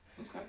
Okay